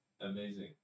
Amazing